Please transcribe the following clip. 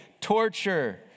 torture